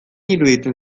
iruditzen